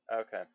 Okay